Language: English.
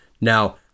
Now